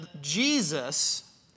Jesus